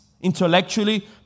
intellectually